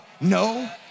no